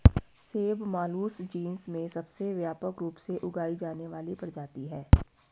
सेब Malus genus में सबसे व्यापक रूप से उगाई जाने वाली प्रजाति है